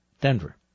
Denver